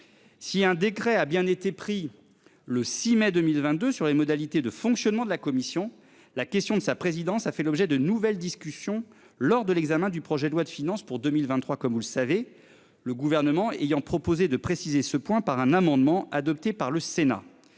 Si un décret a bien été pris le 6 mai 2022 sur les modalités de fonctionnement de la commission. La question de sa présidence a fait l'objet de nouvelles discussions lors de l'examen du projet de loi de finances pour 2023, comme vous le savez, le gouvernement ayant proposé de préciser ce point par un amendement adopté par le Sénat.